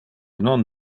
non